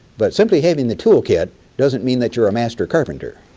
but simply having the tool kit doesn't mean that you're a master carpenter.